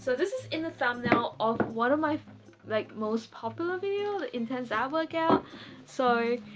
so this is in the thumbnail of what am i like most popular view intense ab workout sorry,